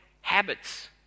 habits